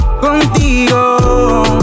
contigo